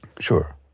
Sure